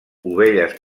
ovelles